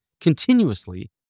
continuously